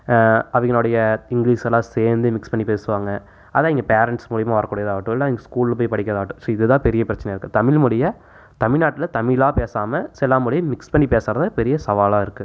அவங்களுடைய இங்கிலீஷ் எல்லாம் சேர்ந்து மிக்ஸ் பண்ணி பேசுவாங்க ஆனால் இங்கே பேரண்ட்ஸ் மூலிமா வரக்கூடியதாகட்டும் இல்லை ஸ்கூல் போய் படிக்கிறதாகட்டும் ஸோ இதுதான் பெரிய பிரச்சனையாக இருக்குது தமிழ்மொழியை தமிழ்நாட்டில் தமிழாக பேசாமல் ஸோ எல்லா மொழியும் மிக்ஸ் பண்ணி பேசுவது தான் பெரிய சவாலாக இருக்கும்